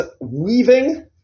weaving